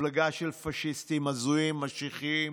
מפלגה של פשיסטים הזויים משיחיים.